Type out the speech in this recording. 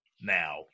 now